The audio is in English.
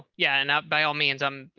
yeah. now, by all means, um,